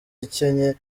ikinnye